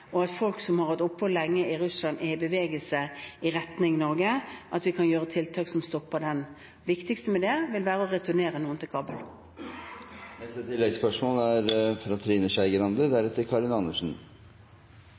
og at folk som har hatt opphold lenge i Russland, er i bevegelse i retning av Norge, ser vi også på om vi kan gjøre tiltak som stopper det. Det viktigste med det vil være å returnere noen til